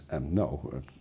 No